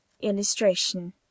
Illustration